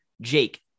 Jake